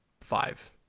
five